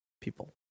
people